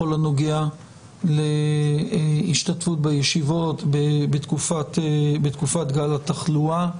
בכל הנוגע להשתתפות בישיבות בתקופת גל התחלואה,